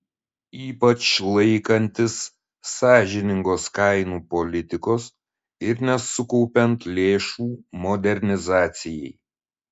ypač laikantis sąžiningos kainų politikos ir nesukaupiant lėšų modernizacijai